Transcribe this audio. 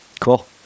Cool